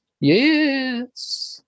Yes